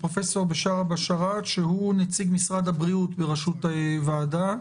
פרופ' בשארה בשאראת הוא נציג משרד הבריאות בראשות הוועדה.